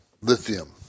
Lithium